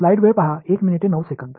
எனவே அது முழு பயனுள்ளது